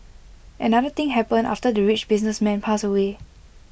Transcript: another thing happened after the rich businessman passed away